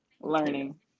learning